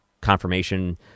confirmation